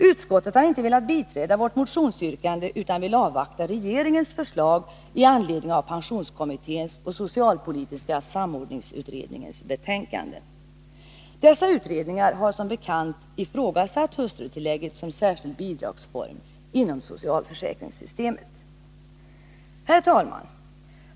Utskottet har inte velat biträda vårt motionsyrkande utan vill avvakta regeringens förslag i anledning av pensionskommitténs och socialpolitiska samordningsutredningens betänkanden. Dessa utredningar har som bekant ifrågasatt hustrutillägget som särskild bidragsform inom socialförsäkringssystemet. Herr talman!